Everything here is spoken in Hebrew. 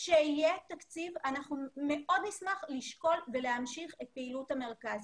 כשיהיה תקציב אנחנו מאוד נשמח לשקול ולהמשיך את פעילות המרכז.